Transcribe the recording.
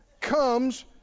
comes